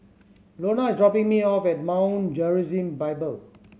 Lonna is dropping me off at Mount Gerizim Bible